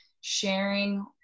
sharing